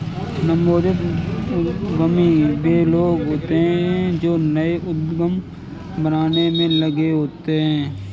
नवोदित उद्यमी वे लोग होते हैं जो नए उद्यम बनाने में लगे होते हैं